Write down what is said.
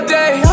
day